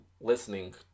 listening